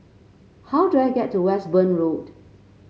how do I get to Westbourne Road